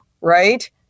right